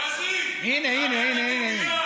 הינה, הינה.